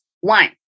One